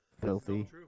filthy